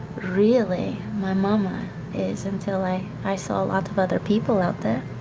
really, my mama is, until i i saw a lot of other people out there.